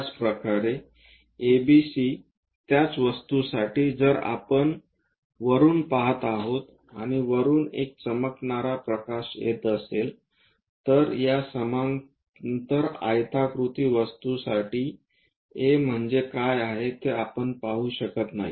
त्याचप्रकारे A B C त्याच वस्तूसाठी जर आपण त्यास वरुन पहात आहोत किंवा वरून एक चमकणारा प्रकाश येत असेल तर या समांतर आयताकृती वस्तूसाठी A म्हणजे काय आहे ते आपण पाहू शकत नाही